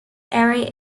area